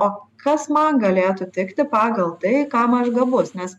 o kas man galėtų tikti pagal tai kam aš gabus nes